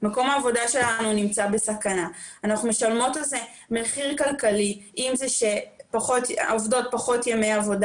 אנחנו נגלה באחד ביולי שחזרנו שנים רבות אחורה